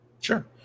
Sure